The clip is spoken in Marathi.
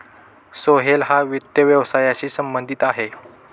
सोहेल हा वित्त व्यवसायाशी संबंधित आहे